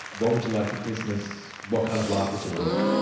what would you like for christmas? what kind of life would you like?